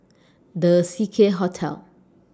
The Seacare Hotel